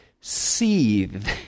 seethe